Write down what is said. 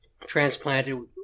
transplanted